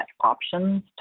options